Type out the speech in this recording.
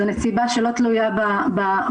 זו נסיבה שלא תלויה בעובד,